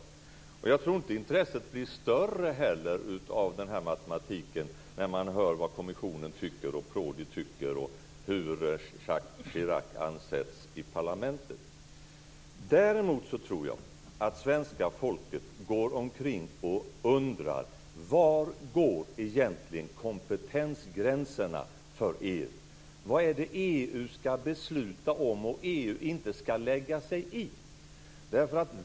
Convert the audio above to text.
Jag tror inte heller att intresset blir större för denna matematik när man hör vad kommissionen tycker, vad Prodi tycker och hur Jacques Chirac ansätts i parlamentet. Däremot tror jag att svenska folket går omkring och undrar var kompetensgränserna för EU egentligen går. Vad är det EU ska besluta om, och vad är det EU inte ska lägga sig i?